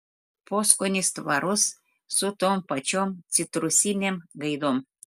poskonis tvarus su tom pačiom citrusinėm gaidom